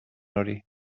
hori